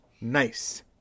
Nice